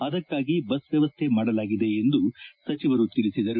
ಅದಕ್ಕಾಗಿ ಬಸ್ ವ್ಹವಸ್ಥೆ ಮಾಡಲಾಗಿದೆ ಎಂದು ಅವರು ತಿಳಿಸಿದ್ದಾರೆ